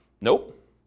Nope